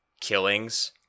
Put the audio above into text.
killings